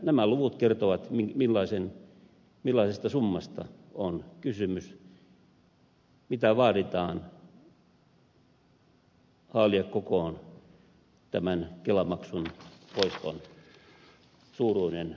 nämä luvut kertovat millaisesta summasta on kysymys mitä vaatii haalia kokoon tämän kelamaksun poiston suuruinen kokonaissumma